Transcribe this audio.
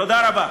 תודה רבה.